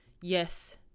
Yes